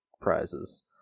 prizes